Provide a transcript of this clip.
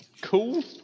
Cool